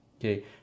okay